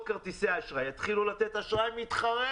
שחברות כרטיסי האשראי יתחילו לתת אשראי מתחרה.